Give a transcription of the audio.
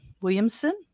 Williamson